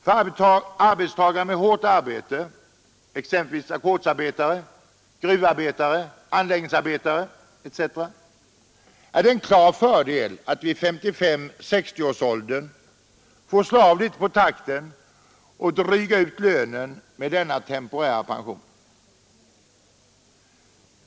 För arbetstagare med hårt arbete, exempelvis ackordsarbetare, gruvarbetare och anläggningsarbetare, är det en klar fördel att vid 55—60-årsåldern få slå av litet på takten och dryga ut lönen med denna temporära pension.